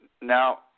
Now